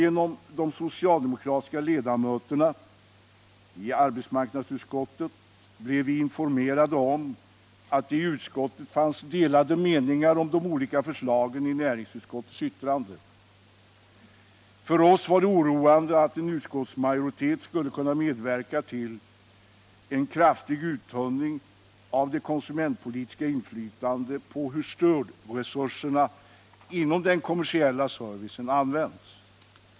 Genom de socialdemokratiska ledamöterna i arbetsmarknadsutskottet blev vi informerade om att det i utskottet fanns delade meningar om de olika förslagen i näringsutskottets yttrande. För oss var det oroande att en utskottsmajoritet skulle kunna medverka till en kraftig uttunning av det konsumentpolitiska inflytandet över hur stödresurserna inom den kommersiella servicen används.